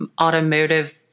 automotive